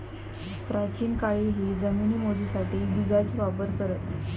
प्राचीन काळीही जमिनी मोजूसाठी बिघाचो वापर करत